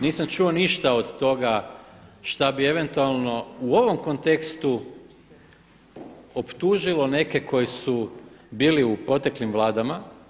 Nisam čuo ništa od toga šta bi eventualno u ovom kontekstu optužilo neke koji su bili u proteklim vladama.